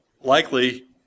likely